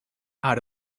out